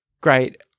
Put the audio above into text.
great